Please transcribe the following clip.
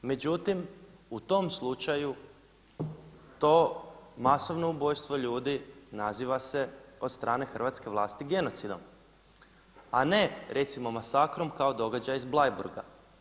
Međutim, u tom slučaju to masovno ubojstvo ljudi naziva se od strane hrvatske vlasti genocidom a ne recimo masakrom kao događaj sa Bleiburga.